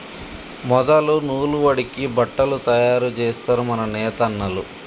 మొదలు నూలు వడికి బట్టలు తయారు జేస్తరు మన నేతన్నలు